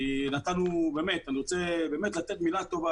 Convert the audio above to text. אני רוצה לומר מילה טובה,